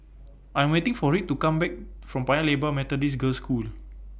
I Am waiting For Reed to Come Back from Paya Lebar Methodist Girls' School